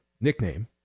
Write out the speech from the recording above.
nickname